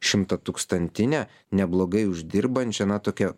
šimtatūkstantinę neblogai uždirbančią na tokią